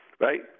Right